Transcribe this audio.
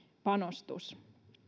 panostus